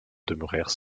demeurèrent